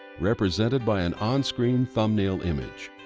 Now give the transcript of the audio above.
represented by an on-screen thumbnail image.